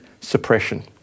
suppression